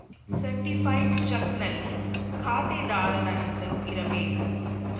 certified ಚಕ್ನಲ್ಲಿ ಖಾತೆದಾರನ ಹೆಸರು ಇರಬೇಕು